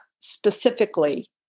specifically